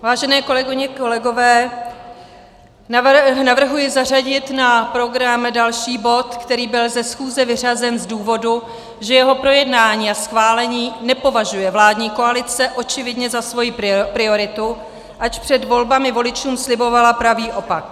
Vážené kolegyně, kolegové, navrhuji zařadit na program další bod, který byl ze schůze vyřazen z důvodu, že jeho projednání a schválení nepovažuje vládní koalice očividně za svoji prioritu, ač před volbami voličům slibovala pravý opak.